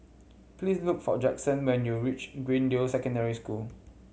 please look for Jaxson when you reach Greendale Secondary School